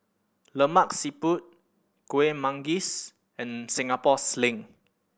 Lemak Siput Kuih Manggis and Singapore Sling